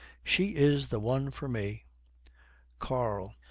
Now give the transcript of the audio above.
she is the one for me karl.